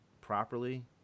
properly